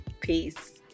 Peace